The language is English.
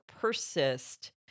persist